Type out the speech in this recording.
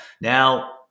now